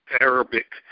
arabic